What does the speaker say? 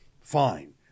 fine